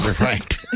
Right